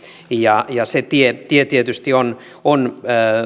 se tie tie tietysti on on